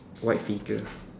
white figure